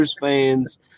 fans